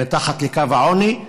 הן מתחת לקו העוני,